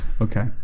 Okay